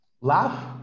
Laugh